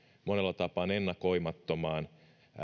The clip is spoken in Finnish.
monella tapaa ennakoimattomaan